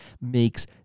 makes